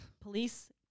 Police